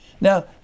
now